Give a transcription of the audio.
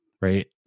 right